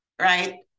right